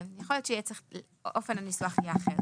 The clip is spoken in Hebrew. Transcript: כן, יכול להיות שאופן הניסוח יהיה אחר.